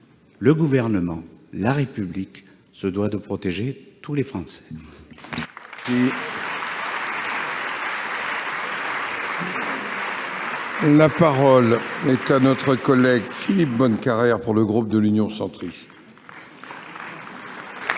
le Gouvernement, la République se doivent de protéger tous les Français. La parole est à M. Philippe Bonnecarrère, pour le groupe Union Centriste.